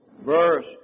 verse